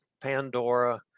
Pandora